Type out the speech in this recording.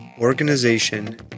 organization